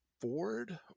Ford